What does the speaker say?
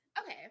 Okay